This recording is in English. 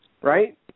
Right